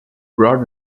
brought